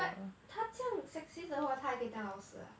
but 他这样 sexist 的话他还可以当老师 ah